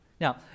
Now